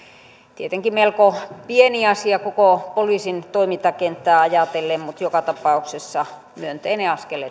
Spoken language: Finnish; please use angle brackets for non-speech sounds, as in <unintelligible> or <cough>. tietenkin melko pieni asia koko poliisin toimintakenttää ajatellen mutta joka tapauksessa myönteinen askel <unintelligible>